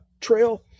Trail